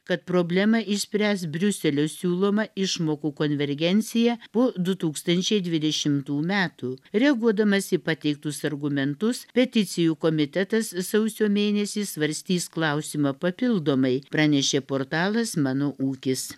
kad problemą išspręs briuselio siūloma išmokų konvergencija po du tūkstančiai dvidešimtų metų reaguodamas į pateiktus argumentus peticijų komitetas sausio mėnesį svarstys klausimą papildomai pranešė portalas mano ūkis